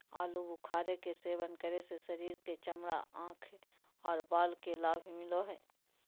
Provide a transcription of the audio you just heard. आलू बुखारे के सेवन करे से शरीर के चमड़ा, आंख आर बाल के लाभ मिलो हय